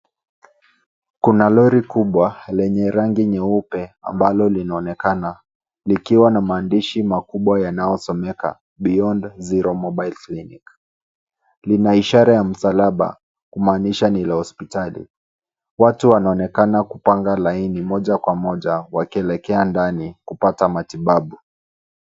Kuna lori kubwa lenye rangi nyeupe ambalo linaonekana likiwa na maandishi makubwa yanayosomeka beyond zero mobile clinic . Lina ishara ya msalaba kumaanisha ni la hospitali. Watu wanaonekana kupanga laini moja kwa moja wakielekea ndani kupata matibabu.